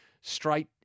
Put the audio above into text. straight